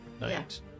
night